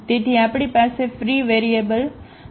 તેથી આપણી પાસે ફ્રી વેરિયેબલ છે ફ્રી વેરીએબલ છે